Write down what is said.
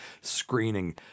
screening –